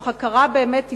תוך הכרה באמת ההיסטורית,